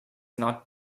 not